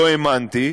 לא האמנתי,